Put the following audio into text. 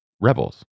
Rebels